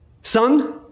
son